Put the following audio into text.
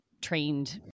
trained